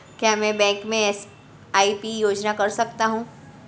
क्या मैं बैंक में एस.आई.पी योजना कर सकता हूँ?